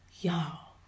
Y'all